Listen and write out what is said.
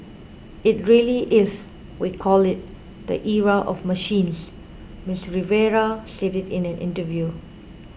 it really is we call it the era of machines Miss Rivera said it in an interview